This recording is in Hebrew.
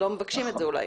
לא מבקשים את זה אולי.